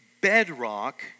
bedrock